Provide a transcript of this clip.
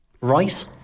Rice